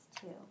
two